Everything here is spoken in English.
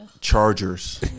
Chargers